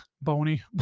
bony